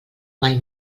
mai